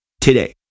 today